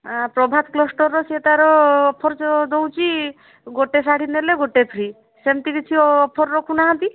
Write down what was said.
ପ୍ରଭାତ କ୍ଲଥଷ୍ଟୋର୍ର ସିଏ ତାର ଅଫର ଦେଉଛି ଗୋଟେ ଶାଢ଼ୀ ନେଲେ ଗୋଟେ ଫ୍ରି ସେମିତି କିଛି ଅଫର ରଖୁନାହାନ୍ତି